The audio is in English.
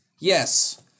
yes